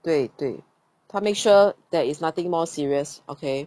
对对他 make sure there is nothing more serious okay